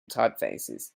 typefaces